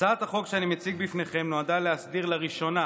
הצעת החוק שאני מציג בפניכם נועדה להסדיר לראשונה